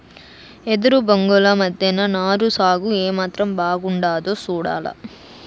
ఎదురు బొంగుల మద్దెన నారు సాగు ఏమాత్రం బాగుండాదో సూడాల